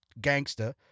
gangster